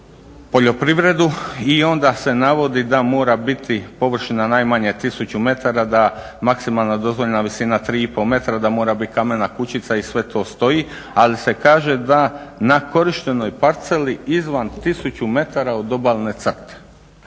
i onda se navodi da mora biti površina najmanje 1000 metara, da maksimalna dozvoljena visina 3,5 metra, da mora biti kamena kučića i sve to stoji, ali se kaže da na korištenoj parceli izvan 1000 metara od obalne crte.